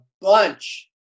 bunch